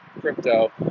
crypto